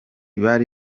bari